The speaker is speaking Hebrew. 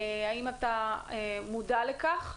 האם אתה מודע לכך?